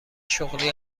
شغلی